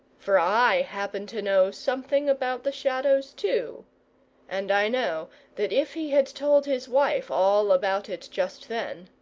for i happen to know something about the shadows too and i know that if he had told his wife all about it just then,